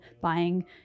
buying